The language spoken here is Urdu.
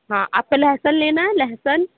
ہاں آپ کو لہسن لینا ہے لہسن